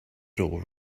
door